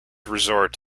resort